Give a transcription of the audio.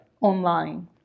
online